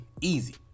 Easy